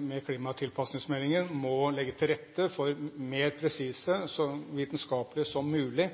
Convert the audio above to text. med klimatilpasningsmeldingen må legge til rette for vær- og nedbørsprognoser som er mer presise og så vitenskapelige som mulig,